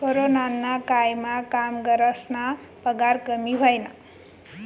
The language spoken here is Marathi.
कोरोनाना कायमा कामगरस्ना पगार कमी व्हयना